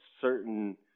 certain